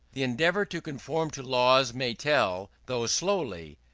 the endeavour to conform to laws may tell, though slowly.